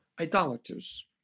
idolaters